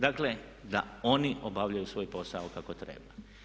Dakle, da oni obavljaju svoj posao kako treba.